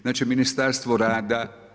Znači Ministarstvo rada.